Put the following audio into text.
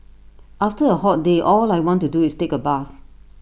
after A hot day all I want to do is take A bath